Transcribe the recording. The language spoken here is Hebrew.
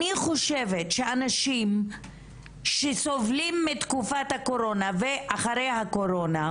אני חושבת שאנשים שסובלים מתקופת הקורונה ואחרי הקורונה,